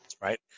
Right